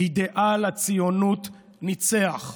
אידיאל הציונות ניצח.